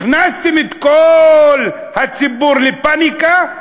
הכנסתם את כל הציבור לפניקה,